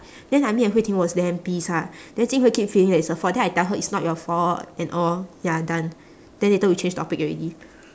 then like me and hui ting was damn pissed ah then jing hui keep feeling that it's her fault then I tell her it's not your fault and all ya done then later we change topic already